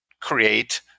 create